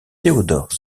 théodore